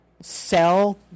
sell